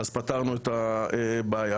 אז פתרנו את הבעיה.